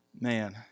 Man